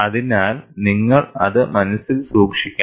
അതിനാൽ നിങ്ങൾ അത് മനസ്സിൽ സൂക്ഷിക്കണം